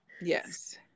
yes